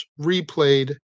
replayed